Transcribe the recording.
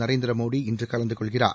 நரேந்திர மோடி இன்று கலந்து கொள்கிறார்